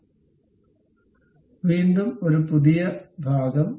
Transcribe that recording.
അതിനാൽ വീണ്ടും ഒരു പുതിയ ഭാഗം